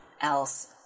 else